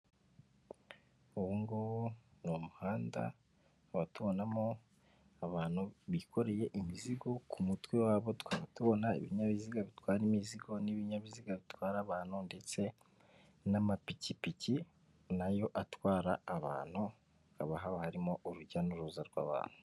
Uwo nguwo ni umuhanda, tukaba tubonamo abantu bikoreye imizigo ku mutwe wabo, tukaba tubona ibinyabiziga bitwara imizigo n'ibinyabiziga bitwara abantu, ndetse n'amapikipiki na yo atwara abantu, hakaba haba harimo urujya n'uruza rw'abantu.